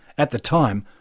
at the time,